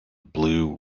blue